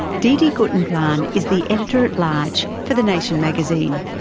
dd guttenplan is the editor at large for the nation magazine.